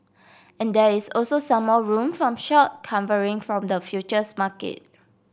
and there is also some more room from short covering from the futures market